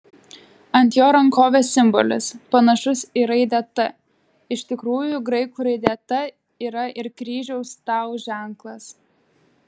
ant jo rankovės simbolis panašus į raidę t iš tikrųjų graikų raidė t yra ir kryžiaus tau ženklas